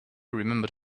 remembered